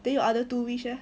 then your other two wishes leh